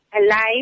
alive